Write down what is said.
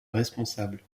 responsable